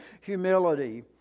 humility